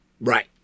Right